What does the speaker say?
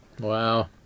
Wow